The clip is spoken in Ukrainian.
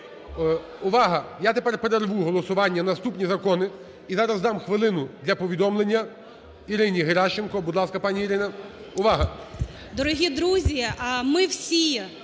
Увага! Я тепер перерву голосування за наступні закони. І зараз дам хвилину для повідомлення Ірині Геращенко. Будь ласка, пані Ірина. Увага! 16:33:47 ГЕРАЩЕНКО І.В.